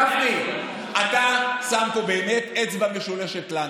גפני, אתה שם פה באמת אצבע משולשת לנו.